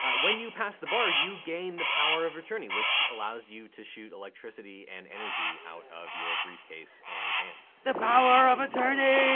ah when you pass the bar, you gain the power of attorney, which allows you to shoot electricity and energy out of your briefcase and hands. the power of attorney!